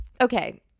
Okay